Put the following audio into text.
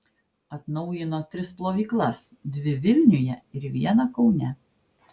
atnaujino tris plovyklas dvi vilniuje ir vieną kaune